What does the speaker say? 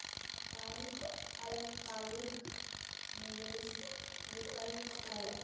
का काई अल्पकालिक निवेस विकल्प हई?